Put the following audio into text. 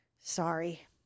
sorry